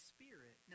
Spirit